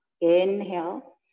inhale